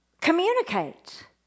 communicate